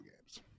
games